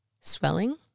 swelling